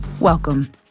welcome